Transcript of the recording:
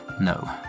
No